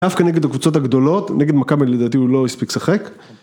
דוקא נגד הקבוצות הגדולות, ‫נגד מכבי לדעתי הוא לא הספיק לשחק.